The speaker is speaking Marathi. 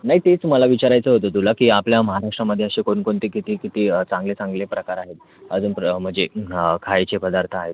नाही तेच मला विचारायचं होतं तुला की आपल्या महाराष्ट्रामध्ये असे कोणकोणते किती किती चांगले चांगले प्रकार आहेत अजून प्र म्हणजे खायचे पदार्थ आहेत